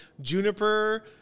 Juniper